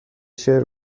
شعر